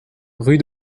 rue